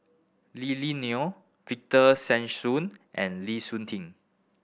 Lily Neo Victor Sassoon and Lee Suitin